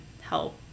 help